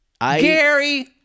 Gary